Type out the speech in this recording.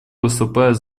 выступает